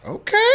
Okay